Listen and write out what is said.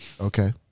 Okay